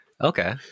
Okay